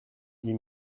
dix